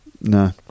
No